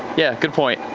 yeah, good point.